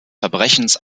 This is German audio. verbrechens